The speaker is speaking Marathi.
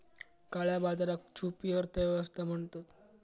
काळया बाजाराक छुपी अर्थ व्यवस्था म्हणतत